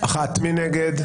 מי נגד?